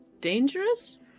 dangerous